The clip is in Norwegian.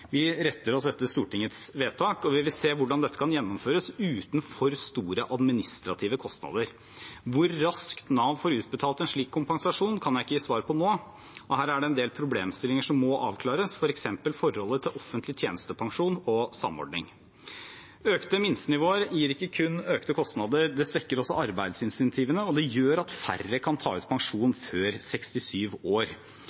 Vi retter oss etter Stortingets vedtak, og vi vil se hvordan dette kan gjennomføres uten for store administrative kostnader. Hvor raskt Nav får utbetalt en slik kompensasjon, kan jeg ikke gi svar på nå. Her er det en del problemstillinger som må avklares, f.eks. forholdet til offentlig tjenestepensjon og samordning. Økte minstenivåer gir ikke kun økte kostnader. Det svekker arbeidsinsentivene, og det gjør at færre kan ta ut